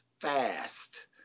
fast